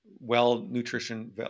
well-nutrition